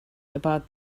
about